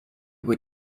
were